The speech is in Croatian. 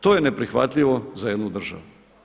To je neprihvatljivo za jednu državu.